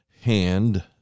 hand